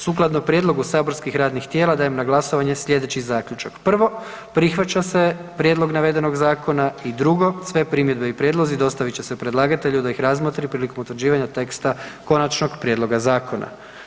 Sukladno prijedlogu saborskih radnih tijela dajem na glasovanje sljedeći Zaključak: 1. Prihvaća se prijedlog navedenog zakona i 2. Sve primjedbe i prijedlozi dostavit će se predlagatelju da ih razmotri prilikom utvrđivanja teksta konačnog prijedloga zakona.